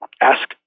ask